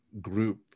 group